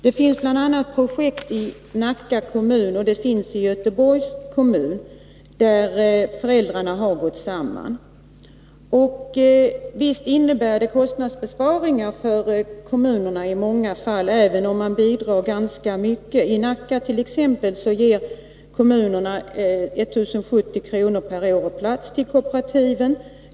Det finns bl.a. projekt i Nacka och i Göteborg där föräldrarna har gått samman. Visst blir det en kostnadsbesparing för kommunerna i många fall, även om kommunerna bidrar ganska mycket. I Nacka ger kommunen t.ex. 1 070 kr. per år och plats till kooperativen.